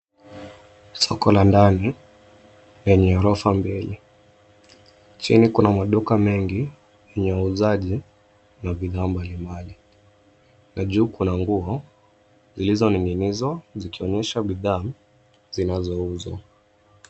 Soko la ndani lenye ghorofa mbili. Chini kuna maduka mengi ya uuzaji na bidhaa mbali mbali, na juu kuna nguo zilizoning'inizwa zikionyesha bidhaa zinazouzwa.